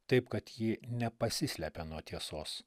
taip kad ji nepasislepia nuo tiesos